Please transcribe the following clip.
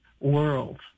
world